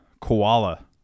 Koala